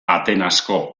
atenasko